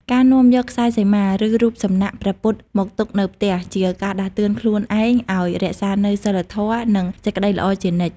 ការនាំយកខ្សែសីមា ឬរូបសំណាកព្រះពុទ្ធមកទុកនៅផ្ទះ ជាការដាស់តឿនខ្លួនឯងឱ្យរក្សានូវសីលធម៌ និងសេចក្តីល្អជានិច្ច